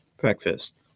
breakfast